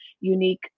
unique